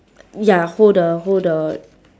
ya hold the hold the